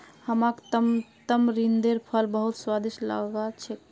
हमाक तमरिंदेर फल बहुत स्वादिष्ट लाग छेक